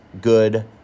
good